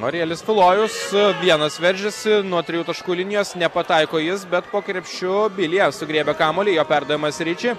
arielis tulojus su vienas veržiasi nuo trijų taškų linijos nepataiko jis bet po krepšiu bilija sugriebia kamuolį jo perdavimas riči